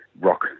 rock